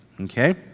Okay